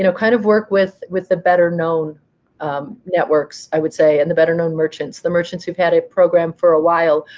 you know kind of work with with the better known networks, i would say, and the better known merchants, the merchants who've had a program for a while,